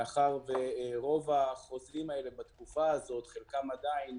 מאחר ורוב החוזרים האלה בתקופה הזאת חלקם עדיין